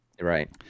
Right